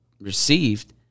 received